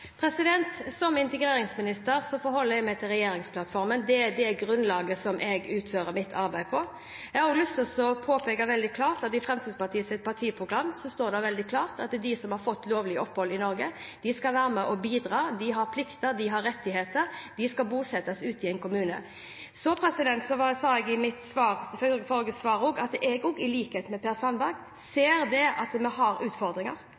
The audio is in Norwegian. Som integreringsminister forholder jeg meg til regjeringsplattformen. Det er grunnlaget som jeg utfører mitt arbeid på. Jeg har også lyst til å påpeke at i Fremskrittspartiets partiprogram står det veldig klart at de som har fått lovlig opphold i Norge, skal være med og bidra. De har plikter, de har rettigheter, de skal bosettes ute i en kommune. Så sa jeg i mitt forrige svar at jeg, i likhet med Per Sandberg, ser at vi har utfordringer.